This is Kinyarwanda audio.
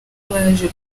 baje